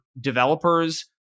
developers